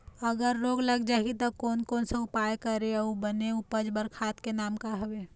अगर रोग लग जाही ता कोन कौन सा उपाय करें अउ बने उपज बार खाद के नाम का हवे?